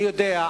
אני יודע,